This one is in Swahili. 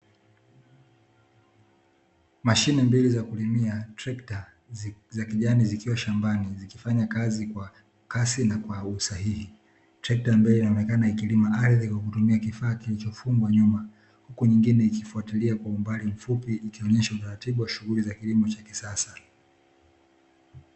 Mashine mbili za kulimia, trekta za kijani zikiwa shambani zikifanya kazi kwa kasi na kwa usahihi. Trekta mbele inaonekana ikilima ardhi kwa kutumia kifaa kilichofungwa nyuma, huku nyingine ikifuatilia kwa umbali mfupi, ikionyesha utaratibu wa shughuli za kilimo cha kisasa.